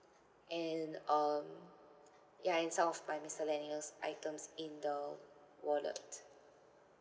and um ya and some of my miscellaneous items in the wallet